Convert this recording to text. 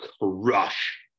crush